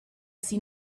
see